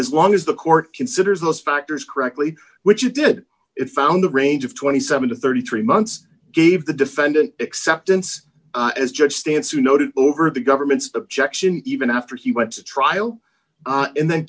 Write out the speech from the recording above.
as long as the court considers those factors correctly which you did it found a range of twenty seven to thirty three months gave the defendant acceptance as judge stance you noted over the government's objection even after he went to trial